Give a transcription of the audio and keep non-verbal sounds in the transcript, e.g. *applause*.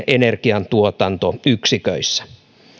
*unintelligible* energiantuotantoyksiköissä